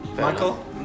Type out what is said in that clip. Michael